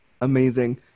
Amazing